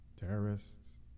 terrorists